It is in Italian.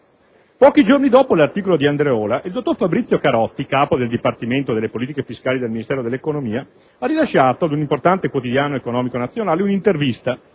Pochi giorni dopo l'articolo di Andriola, il dottor Fabrizio Carotti, capo del Dipartimento delle politiche fiscali del Ministero dell'economia, ha rilasciato ad un importante quotidiano economico nazionale un'intervista,